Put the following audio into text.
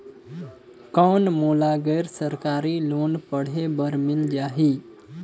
कौन मोला गैर सरकारी लोन पढ़े बर मिल जाहि?